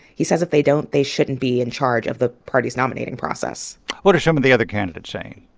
he says if they don't, they shouldn't be in charge of the party's nominating process what are some of the other candidates saying?